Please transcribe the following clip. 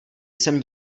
jsem